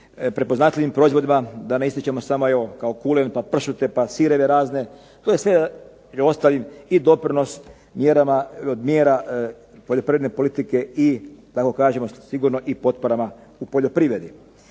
prepoznatljivim proizvodima, da ne ističemo samo evo, kulen, pa pršute pa sireve razne, to je sve među ostalim i doprinos mjerama poljoprivredne politike i da tako kažemo